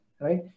right